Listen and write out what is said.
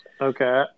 okay